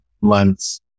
months